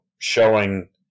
showing